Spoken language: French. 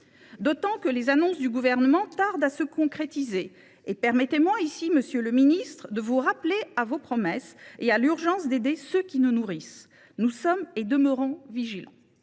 d’autant que les annonces du Gouvernement tardent à se concrétiser. Permettez moi, monsieur le secrétaire d’État, de vous rappeler à vos promesses et à l’urgence d’aider ceux qui nous nourrissent. Nous demeurons vigilants.